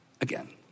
again